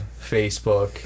Facebook